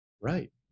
Right